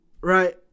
right